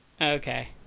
Okay